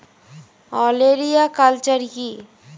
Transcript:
ওলেরিয়া কালচার কি?